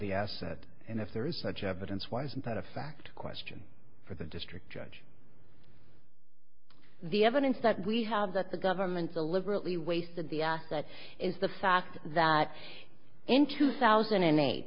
asset and if there is such evidence why isn't that a fact question for the district judge the evidence that we have that the government deliberately wasted that is the fact that in two thousand and eight